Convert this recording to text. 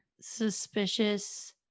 suspicious